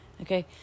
okay